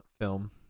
film